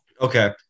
Okay